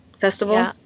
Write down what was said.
festival